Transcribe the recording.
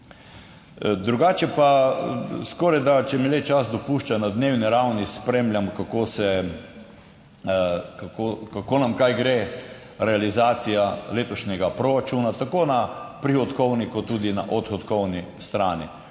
Drugače pa skorajda, če mi le čas dopušča, na dnevni ravni spremljam kako nam kaj gre realizacija letošnjega proračuna, tako na prihodkovni kot tudi na odhodkovni strani.